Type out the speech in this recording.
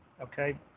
Okay